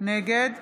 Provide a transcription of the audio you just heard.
נגד